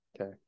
Okay